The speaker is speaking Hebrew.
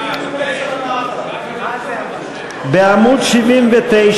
בעמוד 79,